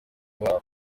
babo